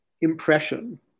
impression